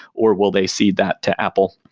or will they see that to apple?